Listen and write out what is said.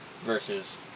versus